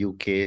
UK